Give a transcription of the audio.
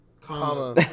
comma